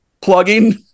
plugging